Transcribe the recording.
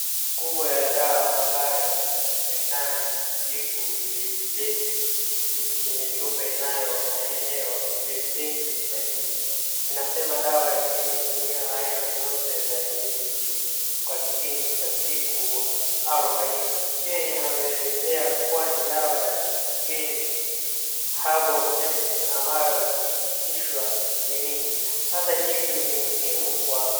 Kubwa ya dawa, ambayo inasemekana ni ya kutibu ilipilesi. Ipo kwenye chupa inayo maeneo, ilipilesi medicine . Inasema dawa hii hutumiwa aina zote za ilipilesi kwa kipindi cha siku arobaini. Pia inawezekea kuwa ni dawa ya kigeni, herbal medicine , ambayo imethibitishwa kliniki. Hata hivyo, ni muhimu kwa.